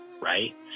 right